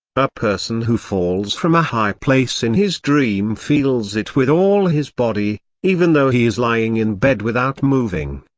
a person who falls from a high place in his dream feels it with all his body, even though he is lying in bed without moving.